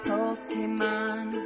Pokemon